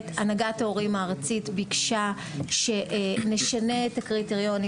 הנהגת ההורים הארצית ביקשה שנשנה את הקריטריונים